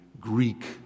Greek